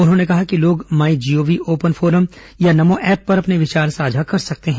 उन्होंने कहा कि लोग माई जीओवी ओपन फोरम या नमो एप पर अपने विचार साझा कर सकते हैं